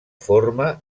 forma